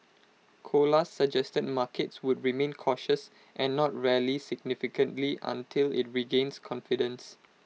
Colas suggested markets would remain cautious and not rally significantly until IT regains confidence